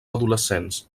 adolescents